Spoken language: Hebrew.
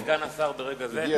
הגיע סגן השר ברגע זה.